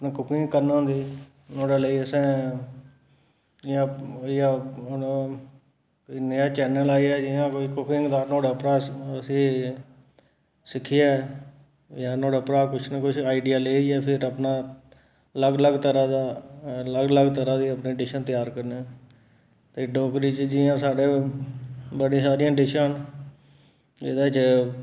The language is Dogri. कुकिंग करना होंदी नुहाड़े लेई असें जि'यां होई गेआ हून ओह् नमां चैनल आई गेआ जि'यां कोई कुकिंग दा नुहाड़ा उप्परा उस्सी सिक्खियै जां नुहाड़े परा किश नां किश आइडिया लेइयै फिर अपना अलग अलग तरह् दा अलग अलग तरह् दियां अपनियां डिशां त्य़ार करने ते डोगरी च जि'यां साढ़े बड़ी सारियां डिशां न एह्दे च